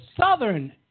Southern